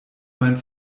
mein